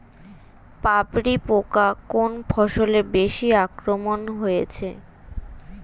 পামরি পোকা কোন ফসলে বেশি আক্রমণ হয়েছে?